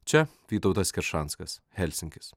čia vytautas keršanskas helsinkis